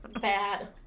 Bad